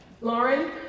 Lauren